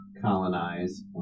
colonize